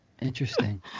Interesting